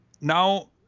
Now